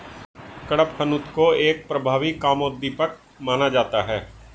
कडपहनुत को एक प्रभावी कामोद्दीपक माना जाता है